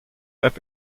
app